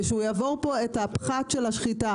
ושהוא יעבור פה את הפחת של השחיטה,